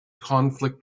conflict